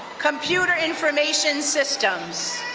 computer information systems.